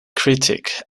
critic